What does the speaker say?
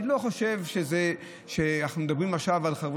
אני לא חושב שאנחנו מדברים עכשיו על חבר